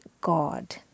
God